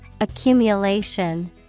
Accumulation